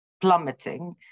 plummeting